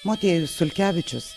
motiejus sulkevičius